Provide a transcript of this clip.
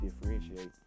differentiate